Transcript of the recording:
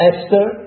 Esther